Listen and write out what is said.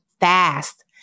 fast